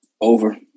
Over